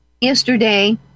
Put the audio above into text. yesterday